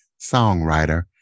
songwriter